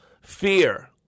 Fear